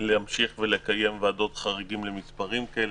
להמשיך ולקיים ועדות חריגים במספרים כאלו.